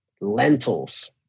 lentils